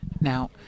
Now